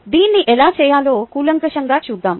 దీన్ని ఎలా చేయాలో కూలంకషంగా చూద్దాం